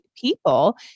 people